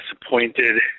disappointed